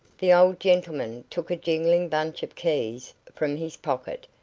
the old gentleman took a jingling bunch of keys from his pocket,